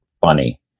funny